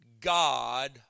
God